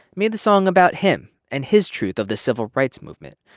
made the song about him and his truth of the civil rights movement.